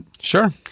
Sure